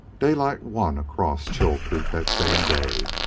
daylight won across chilcoot that same day,